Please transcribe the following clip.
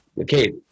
Okay